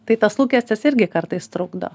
tai tas lūkestis irgi kartais trukdo